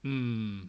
mm